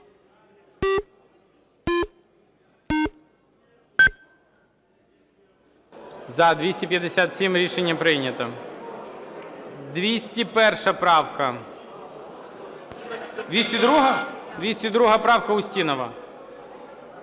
За-257 Рішення прийнято. 201 правка. 202-а? 202 правка, Устінова.